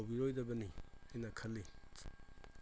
ꯇꯧꯕꯤꯔꯣꯏꯗꯕꯅꯤ ꯑꯅ ꯈꯜꯂꯤ